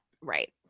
right